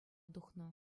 тухнӑ